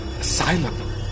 Asylum